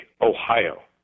Ohio